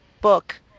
book